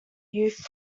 youth